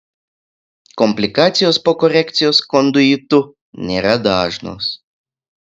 komplikacijos po korekcijos konduitu nėra dažnos